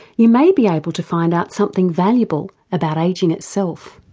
you may be able to find out something valuable about ageing itself.